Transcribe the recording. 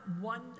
one